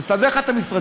אני מסדר לך את המשרדים.